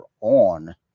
on